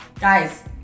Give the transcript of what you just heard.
Guys